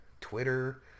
Twitter